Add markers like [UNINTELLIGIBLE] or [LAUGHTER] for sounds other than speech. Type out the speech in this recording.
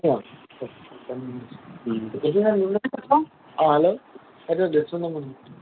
[UNINTELLIGIBLE]